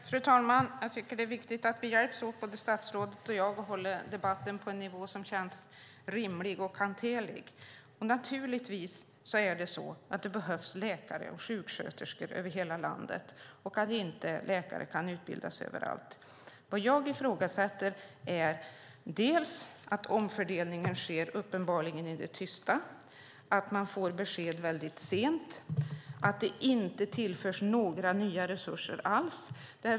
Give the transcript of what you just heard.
Fru talman! Jag tycker det är viktigt att vi hjälps åt, statsrådet och jag, att hålla debatten på en nivå som känns rimlig och hanterlig. Naturligtvis behövs det läkare och sjuksköterskor över hela landet, och naturligtvis kan inte läkare utbildas överallt. Vad jag ifrågasätter är att omfördelningen uppenbarligen sker i tysta, att man får besked väldigt sent och att det inte tillförs några nya resurser alls.